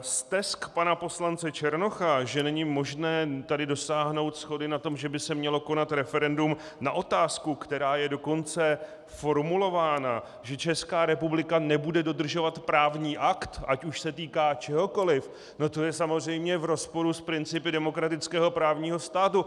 Stesk pana poslance Černocha, že není možné tady dosáhnout shody na tom, že by se mělo konat referendum na otázku, která je dokonce formulována, že Česká republika nebude dodržovat právní akt, až už se týká čehokoliv, no to je samozřejmě v rozporu s principy demokratického právního státu.